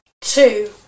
two